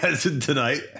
tonight